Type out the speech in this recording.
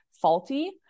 faulty